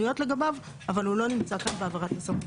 במקום "השירותים הציבוריים" העונשין יבוא "הבריאות".